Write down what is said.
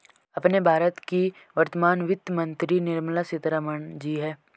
अपने भारत की वर्तमान वित्त मंत्री निर्मला सीतारमण जी हैं